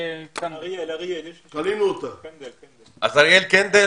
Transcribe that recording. אריאל קנדל